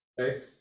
Okay